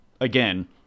Again